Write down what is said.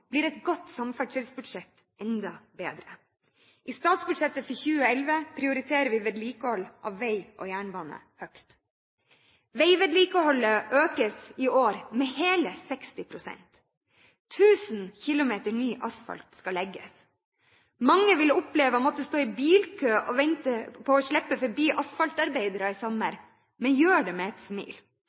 blir et godt samferdselsbudsjett enda bedre. I statsbudsjettet for 2011 prioriterer vi vedlikehold av vei og jernbane høyt. Veivedlikeholdet økes i år med hele 60 pst. 1 000 km ny asfalt skal legges. Mange vil oppleve å måtte stå i bilkø og vente på å slippe forbi asfaltarbeidere i sommer, men gjør det med et